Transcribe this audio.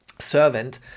servant